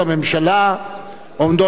עומדות לרשותו שלוש דקות.